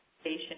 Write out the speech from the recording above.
station